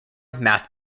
math